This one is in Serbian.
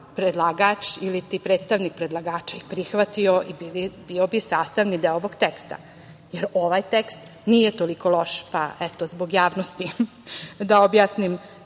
predlagač ili ti predstavnik predlagača, prihvatio i bio bi sastavni deo ovog teksta. Ovaj tekst nije toliko loš, pa zbog javnosti da objasnim